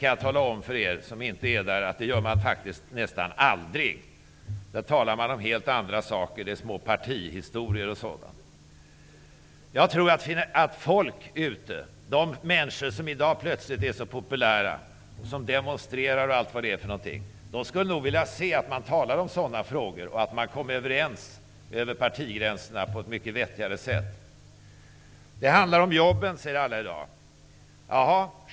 Jag kan tala om för er som inte sitter där att man faktiskt nästan aldrig gör det. Där talar man om helt andra saker, små partihistorier och sådant. Jag tror att de människor som i dag demonstrerar och som plötsligt är så populära gärna skulle se att man talar om sådana frågor och att man kom överens över partigränserna på ett mycket vettigare sätt. Alla säger i dag att det handlar om jobben.